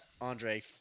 Andre